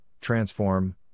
transform